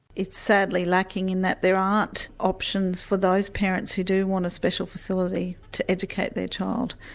it's sadly lacking in that there aren't options for those parents who do want a special facility to educate their child.